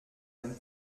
ein